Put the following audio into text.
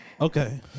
Okay